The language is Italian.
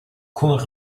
con